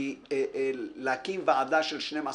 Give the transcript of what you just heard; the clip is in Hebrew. כי להקים ועדה של 12,